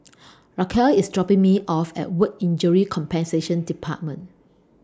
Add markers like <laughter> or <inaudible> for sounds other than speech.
<noise> Racquel IS dropping Me off At Work Injury Compensation department